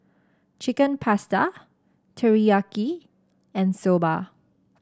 Chicken Pasta Teriyaki and Soba